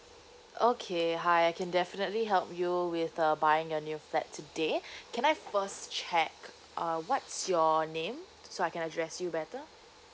okay hi I can definitely help you with the buying your new flat today can I first check uh what's your name so I can address you better